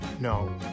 No